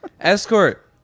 Escort